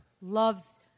loves